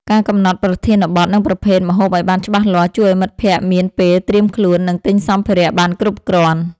ការកំណត់ប្រធានបទ និងប្រភេទម្ហូបឱ្យបានច្បាស់លាស់ ជួយឱ្យមិត្តភក្តិមានពេលត្រៀមខ្លួន និងទិញសម្ភារៈបានគ្រប់គ្រាន់។